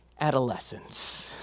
adolescence